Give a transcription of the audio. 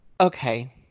okay